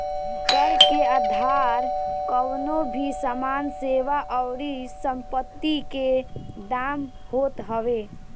कर के आधार कवनो भी सामान, सेवा अउरी संपत्ति के दाम होत हवे